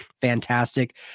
Fantastic